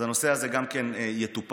הנושא הזה גם כן יטופל.